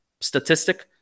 statistic